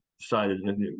decided